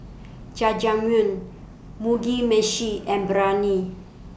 Jajangmyeon Mugi Meshi and Biryani